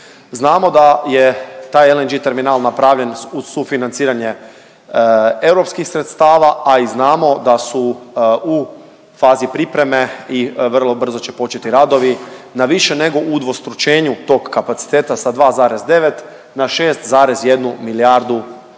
Znamo da je taj LNG terminal napravljen uz sufinanciranjem europskih sredstava, a i znamo da su u fazi pripreme i vrlo brzo će početi radovi na više nego udvostručenju tog kapaciteta sa 2,9 na 6,1 milijardu